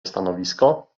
stanowisko